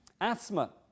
Asthma